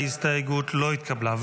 ההסתייגות לא התקבלה.